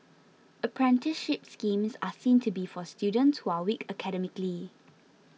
apprenticeship schemes are seen to be for students who are weak academically